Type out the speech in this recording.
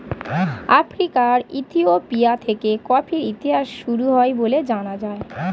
আফ্রিকার ইথিওপিয়া থেকে কফির ইতিহাস শুরু হয় বলে জানা যায়